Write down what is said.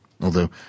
although